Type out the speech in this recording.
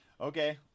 Okay